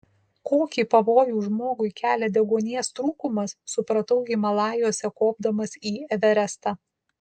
kokį pavojų žmogui kelia deguonies trūkumas supratau himalajuose kopdamas į everestą